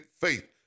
faith